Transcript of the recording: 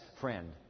friend